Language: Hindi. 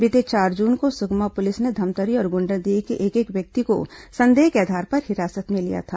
बीते चार जून को सुकमा पुलिस ने धमतरी और गुंडरदेही के एक एक व्यक्ति को संदेह के आधार पर हिरासत में लिया था